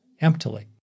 emptily